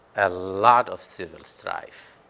a lot of civil strife.